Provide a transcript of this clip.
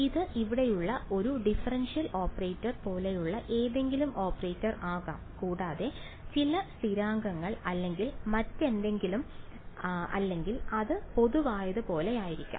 ഇത് ഇവിടെയുള്ള ഒരു ഡിഫറൻഷ്യൽ ഓപ്പറേറ്റർ പോലെയുള്ള ഏതെങ്കിലും ഓപ്പറേറ്റർ ആകാം കൂടാതെ ചില സ്ഥിരാങ്കങ്ങൾ അല്ലെങ്കിൽ മറ്റെന്തെങ്കിലും അല്ലെങ്കിൽ അത് പൊതുവായത് പോലെയായിരിക്കും